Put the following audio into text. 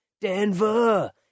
Denver